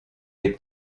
les